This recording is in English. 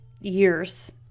years